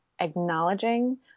acknowledging